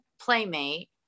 playmate